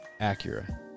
Acura